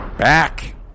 back